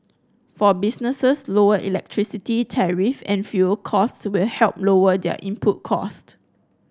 for businesses lower electricity tariff and fuel costs will help lower their input cost